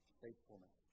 faithfulness